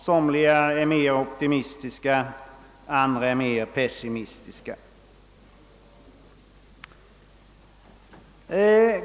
Somliga är mer optimistiska, andra mer pessimistiska.